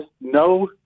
no